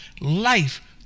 life